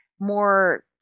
more